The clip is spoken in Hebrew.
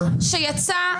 רוטמן, אני באתי להסתכל